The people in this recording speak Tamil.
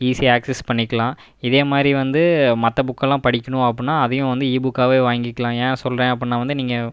ஈசியாக ஆக்செஸ் பண்ணிக்கலாம் இதே மாதிரி வந்து மற்ற புக்கெல்லாம் படிக்கணும் அப்புடினா அதையும் வந்து ஈ புக்காகவே வாங்கிக்கலாம் ஏன் சொல்கிறேன் அப்புடினா வந்து நீங்கள்